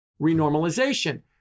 renormalization